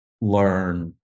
learn